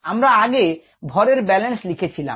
আমরা আগে ভরের ব্যালেন্স লিখেছিলাম